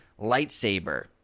lightsaber